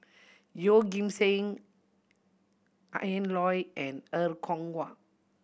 Yeoh Ghim Seng Ian Loy and Er Kwong Wah